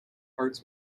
harz